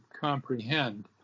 comprehend